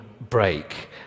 break